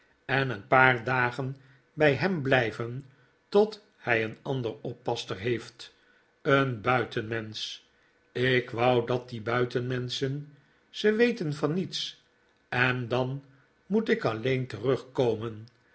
en een paar dagen bij hem blijven tot hij een andere oppasster heeft een buitenmensch ik wou dat die buitenmenschen ze weten van niets en dan moet ik alleen terugkomen